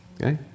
Okay